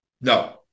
No